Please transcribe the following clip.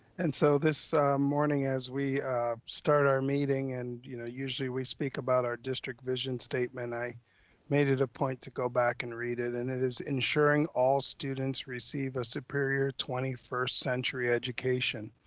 and so this morning as we start our meeting and, you know, usually we speak about our district vision statement, i made it a point to go back and read it, and it is ensuring all students receive a superior twenty first century education,